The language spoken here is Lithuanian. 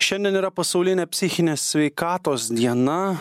šiandien yra pasaulinė psichinės sveikatos diena